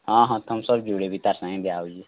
ହଁ ହଁ ଥମସପ୍ ଯୁଡ଼େ ବି ତା'ର୍ ସାଙ୍ଗେ ଦିଆହେଉଛେ